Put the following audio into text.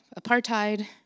apartheid